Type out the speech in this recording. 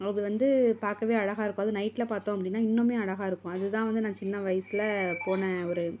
அது வந்து பார்க்கவே அழகாக இருக்கும் அதுவும் நைட்டில் பார்த்தோம் அப்படின்னா இன்னுமே அழகாக இருக்கும் அதுதான் வந்து நான் சின்ன வயசில் போன ஒரு